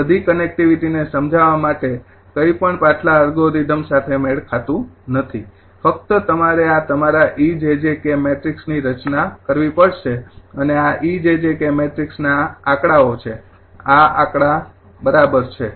તેથી બધી કનેક્ટિવિટીને સમજાવવા માટે કંઈ પણ પાછલા એલ્ગોરિધમ સાથે મેળ ખાતું નથી ફક્ત તમારે આ તમારા 𝑒 𝑗𝑗 𝑘 મેટ્રિક્સની રચના કરવી પડશે અને આ 𝑒 𝑗𝑗 𝑘 મેટ્રિક્સના આકડાઓ છે આ આકડા છે બરાબર